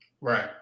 Right